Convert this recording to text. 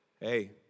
Hey